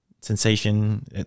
sensation